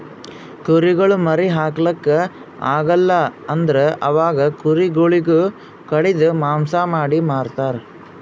ಕುರಿಗೊಳ್ ಮರಿ ಹಾಕ್ಲಾಕ್ ಆಗಲ್ ಅಂದುರ್ ಅವಾಗ ಕುರಿ ಗೊಳಿಗ್ ಕಡಿದು ಮಾಂಸ ಮಾಡಿ ಮಾರ್ತರ್